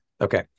okay